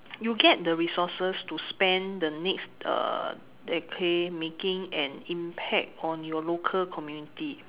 you get the resources to spend the next uh decade making an impact on your local community